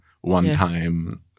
one-time